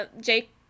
Jake